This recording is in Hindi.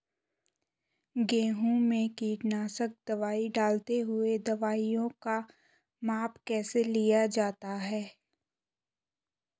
गेहूँ में कीटनाशक दवाई डालते हुऐ दवाईयों का माप कैसे लिया जाता है?